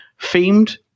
themed